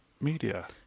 media